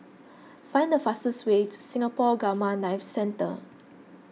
find the fastest way to Singapore Gamma Knife Centre